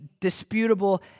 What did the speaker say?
disputable